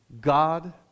God